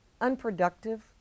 unproductive